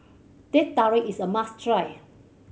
Teh Tarik is a must try